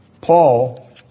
Paul